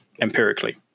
empirically